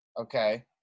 Okay